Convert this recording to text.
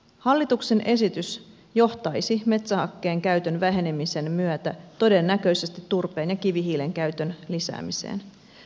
hallituksen esitys johtaisi metsähakkeen käytön vähenemisen myötä todennäköisesti turpeen ja kivihiilen käytön lisäämiseen